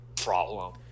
problem